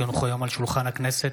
כי הונחו היום על שולחן הכנסת,